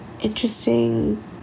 interesting